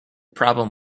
problem